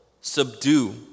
subdue